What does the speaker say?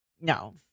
no